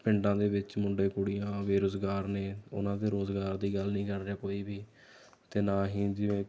ਪਿੰਡਾਂ ਦੇ ਵਿੱਚ ਮੁੰਡੇ ਕੁੜੀਆਂ ਬੇਰੁਜ਼ਗਾਰ ਨੇ ਉਨ੍ਹਾਂ ਦੇ ਰੁਜ਼ਗਾਰ ਦੀ ਗੱਲ ਨਹੀਂ ਕਰ ਰਿਹਾ ਕੋਈ ਵੀ ਅਤੇ ਨਾ ਹੀ ਜਿਵੇਂ